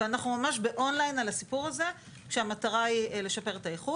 אנחנו באונליין על הסיפור הזה כשהמטרה היא לשפר את האיכות.